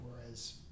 whereas